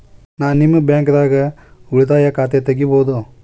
ನಾ ನಿಮ್ಮ ಬ್ಯಾಂಕ್ ದಾಗ ಉಳಿತಾಯ ಖಾತೆ ತೆಗಿಬಹುದ?